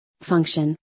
function